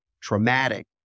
traumatic